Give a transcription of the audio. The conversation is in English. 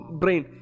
brain